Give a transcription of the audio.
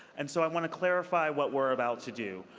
and so i want to clarify what we're about to do.